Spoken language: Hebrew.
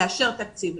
לאשר תקציב,